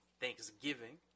Thanksgiving